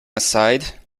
aside